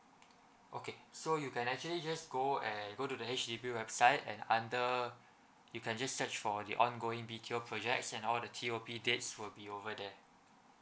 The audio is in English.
okay so you can actually just go and go to the H_D_B website and under you can just search for the ongoing B_T_O projects and all the T_O_P dates will be over there